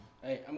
Hey